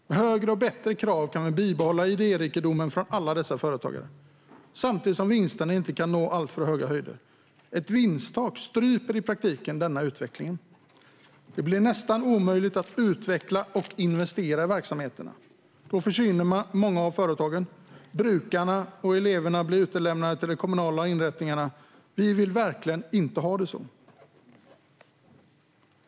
Med högre och bättre krav kan vi bibehålla idérikedomen från alla dessa företagare, samtidigt som vinsterna inte kan nå alltför höga höjder. Ett vinsttak stryper i praktiken denna utveckling. Det blir nästan omöjligt att utveckla och investera i verksamheterna. Då försvinner många av företagen, och brukarna och eleverna blir utlämnade till de kommunala inrättningarna. Vi vill verkligen inte ha det så.